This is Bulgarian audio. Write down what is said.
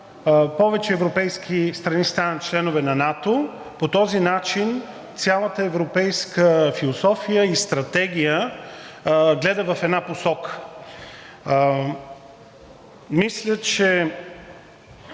повече европейски страни станат членове на НАТО, по този начин цялата европейска философия и стратегия гледа в една посока. Мисля, че